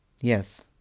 Yes